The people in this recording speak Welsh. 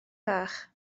bach